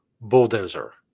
bulldozer